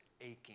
aching